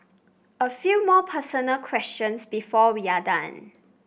a few more personal questions before we are done